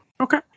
okay